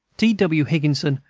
t. w. higginson,